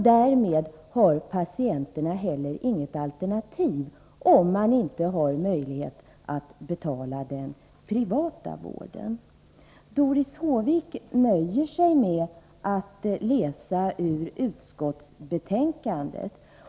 Därmed har patienterna inte heller något alternativ, om de inte har möjlighet att betala den privata vården. Doris Håvik nöjer sig med att läsa ur utskottsbetänkandet.